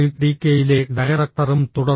കെയിലെ ഡയറക്ടറും തുടർന്ന് ഡി